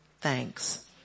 thanks